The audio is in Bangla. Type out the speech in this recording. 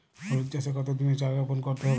হলুদ চাষে কত দিনের চারা রোপন করতে হবে?